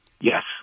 Yes